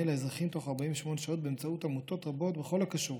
לאזרחים בתוך 48 שעות באמצעות עמותות רבות בכל הקשור